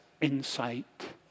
insight